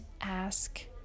ask